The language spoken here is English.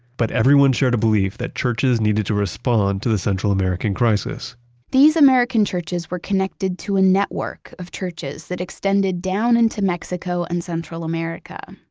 but everyone shared a belief that churches needed to respond to the central american crisis these american churches were connected to a network of churches that extended down into mexico and central america.